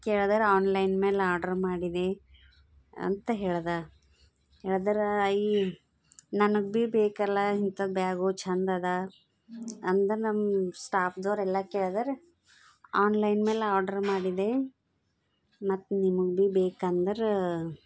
ಕೇಳಿದ್ರ್ online ಮೇಲೆ order ಮಾಡಿದಿ ಅಂತ ಹೇಳ್ದೆ ಹೇಳಿದ್ರ ಈ ನನಗೆ ಬಿ ಬೇಕಲ ಇಂಥ ಬ್ಯಾಗು ಛಂದದ ಅಂದ್ರೆ ನಮ್ಮ ಸ್ಟಾಫ್ದವ್ರು ಎಲ್ಲ ಕೇಳಿದ್ರ್ ಆನ್ಲೈನ್ ಮೇಲೆ ಆಡ್ರ್ ಮಾಡಿದೆ ಮತ್ತು ನಿಮಗೆ ಬಿ ಬೇಕಂದ್ರೆ